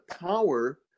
power